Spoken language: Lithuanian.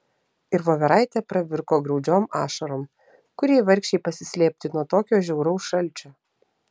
ir voveraitė pravirko graudžiom ašarom kur jai vargšei pasislėpti nuo tokio žiauraus šalčio